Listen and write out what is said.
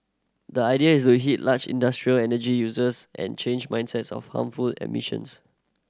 the idea is to hit large industrial energy users and change mindsets of harmful emissions